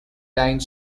line